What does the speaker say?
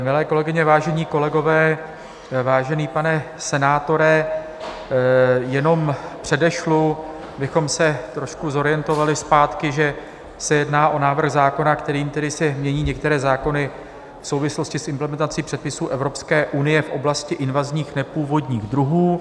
Milé kolegyně, vážení kolegové, vážený pane senátore, jenom předešlu, abychom se trošku zorientovali zpátky, že se jedná o návrh zákona, kterým se mění některé zákony v souvislosti s implementací předpisů Evropské unie v oblasti invazních nepůvodních druhů.